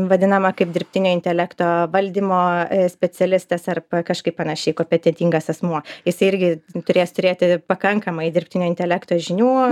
vadinama kaip dirbtinio intelekto valdymo specialistas ar kažkaip panašiai kompetentingas asmuo jis irgi turės turėti pakankamai dirbtinio intelekto žinių